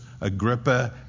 Agrippa